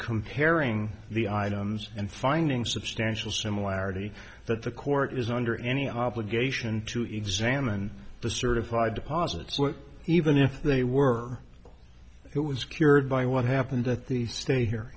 comparing the items and finding substantial similarity that the court is under any obligation to examine the certified deposits were even if they were it was cured by what happened at the stay here